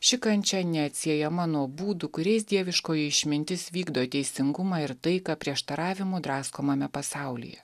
ši kančia neatsiejama nuo būdų kuriais dieviškoji išmintis vykdo teisingumą ir taiką prieštaravimų draskomame pasaulyje